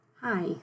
Hi